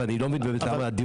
קצרה.